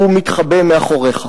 הוא מתחבא מאחוריך,